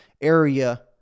area